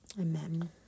Amen